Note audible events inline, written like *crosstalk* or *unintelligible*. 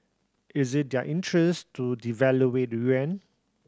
is it their interest to devalue *unintelligible* yuan